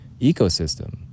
ecosystem